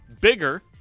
bigger